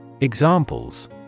Examples